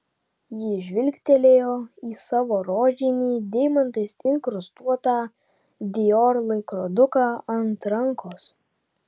ji žvilgtelėjo į savo rožinį deimantais inkrustuotą dior laikroduką ant rankos